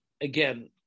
again